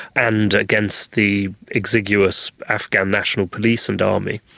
and against the exiguous afghan national police and army.